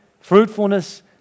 Fruitfulness